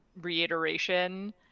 reiteration